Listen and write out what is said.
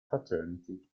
fraternity